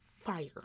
fire